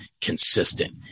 consistent